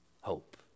Hope